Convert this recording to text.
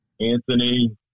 Anthony